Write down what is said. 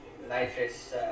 nitrous